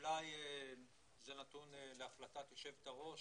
אולי זה נתון להחלטת יושבת-הראש,